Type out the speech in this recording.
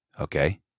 Okay